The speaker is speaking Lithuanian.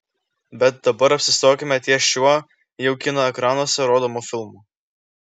bet dabar apsistokime ties šiuo jau kino ekranuose rodomu filmu